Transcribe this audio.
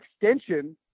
extension